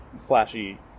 flashy